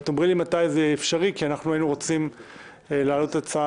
תאמרי לי מתי זה אפשרי כי היינו רוצים להעלות הצעה